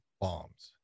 bombs